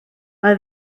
mae